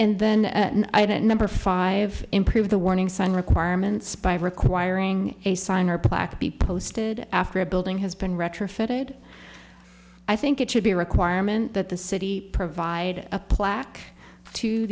and then i have a number five improve the warning sign requirements by requiring a sign or plaque to be posted after a building has been retrofitted i think it should be a requirement that the city provide a plaque to